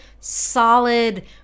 solid